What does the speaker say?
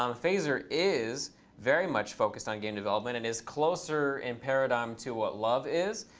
um phaser is very much focused on game development and is closer in paradigm to what love is,